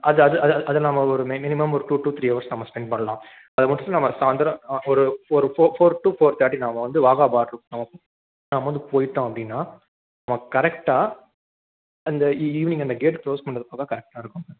அது அது அது அது அது நாம் ஒரு மினிமம் ஒரு டூ டு த்ரீ ஹவர்ஸ் நாம் ஸ்பெண்ட் பண்ணலாம் அதை முடிச்சுட்டு நம்ம சாயந்தரம் ஆ ஒரு ஒரு four four to four thirty நாம் வந்து வாகாபார்டருக்கு நம்ம நம்ம வந்து போய்விட்டோம் அப்படின்னா நம்ம கரெக்டாக அந்த இ ஈவ்னிங் அந்த கேட் க்ளோஸ் பண்ணுறதப் பார்க்க கரெக்டாக இருக்கும்